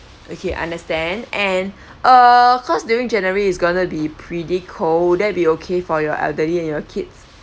okay understand and uh because during january is going to be pretty cold is that be okay for your elderly and your kid